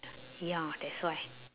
ya that's why